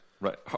right